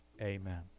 Amen